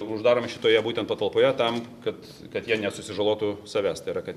uždaromi šitoje būtent patalpoje tam kad kad jie nesusižalotų savęs tai yra kad